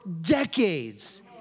decades